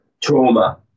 trauma